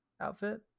outfit